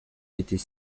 était